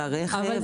על הרכב,